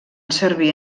servir